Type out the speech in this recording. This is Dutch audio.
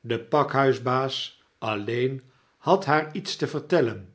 de pakhuisbaas alleen had haar iets te vertellen